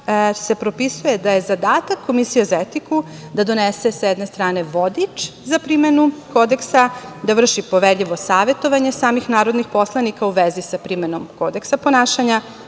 se propisuje da je zadatak komisije za etiku da donese, sa jedne strane, vodič za primenu Kodeksa, da vrši poverljivost savetovanja samih narodnih poslanika u vezi sa primenom Kodeksa ponašanja,